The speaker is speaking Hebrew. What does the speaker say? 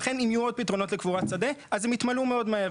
ולכן אם יהיו עוד פתרונות לקבורת שדה אז הם יתמלאו מאוד מהר.